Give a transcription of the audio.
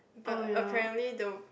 but apparently the